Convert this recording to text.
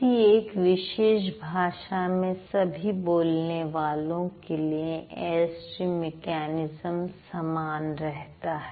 किसी एक विशेष भाषा में सभी बोलने वालों के लिए एयरस्ट्रीम मेकैनिज्म समान रहता है